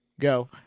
go